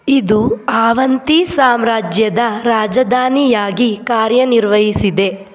ಇದು ಅವಂತೀ ಸಾಮ್ರಾಜ್ಯದ ರಾಜಧಾನಿಯಾಗಿ ಕಾರ್ಯನಿರ್ವಹಿಸಿದೆ